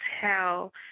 tell